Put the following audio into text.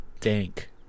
dank